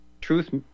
truth